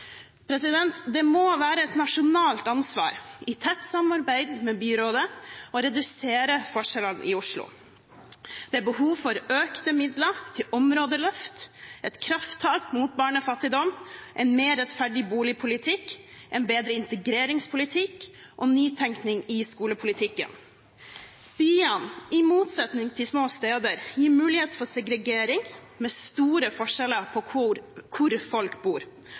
Det må være et nasjonalt ansvar i tett samarbeid med byrådet å redusere forskjellene i Oslo. Det er behov for økte midler til områdeløft, et krafttak mot barnefattigdom, en mer rettferdig boligpolitikk, en bedre integreringspolitikk og nytenkning i skolepolitikken. Byene – i motsetning til små steder – gir mulighet for segregering med store forskjeller etter hvor folk bor.